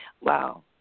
Wow